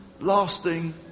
lasting